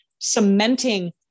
cementing